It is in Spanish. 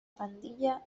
pandilla